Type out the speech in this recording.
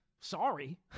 sorry